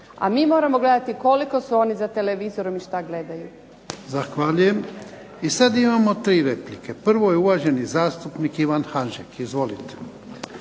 A mi moramo gledati koliko su oni za televizorom i što gledaju. **Jarnjak, Ivan (HDZ)** Zahvaljujem. I sada imamo tri replike. Prvo je uvaženi zastupnik Ivan Hanžek. Izvolite.